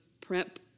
Prep